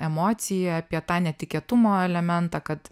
emociją apie tą netikėtumo elementą kad